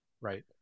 right